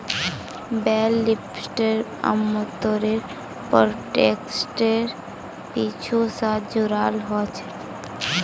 बेल lifter आमतौरेर पर ट्रैक्टरेर पीछू स जुराल ह छेक